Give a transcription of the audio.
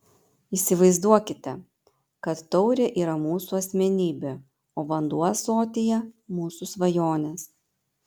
įsivaizduokite kad taurė yra mūsų asmenybė o vanduo ąsotyje mūsų svajonės